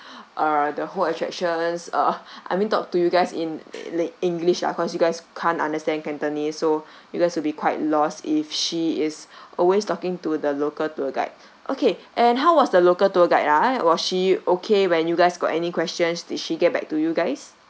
uh the whole attractions uh I mean talk to you guys in the english lah cause you guys can't understand cantonese so you guys will be quite lost if she is always talking to the local tour guide okay and how was the local tour guide ah was she okay when you guys got any questions did she get back to you guys